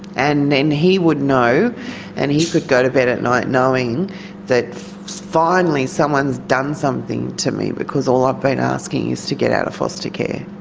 and then he would know and he could go to bed at night knowing that finally someone's done something to me, because all i've been asking is to get out of foster care.